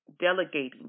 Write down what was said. delegating